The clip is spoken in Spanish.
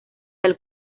del